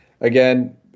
again